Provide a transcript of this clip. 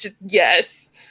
yes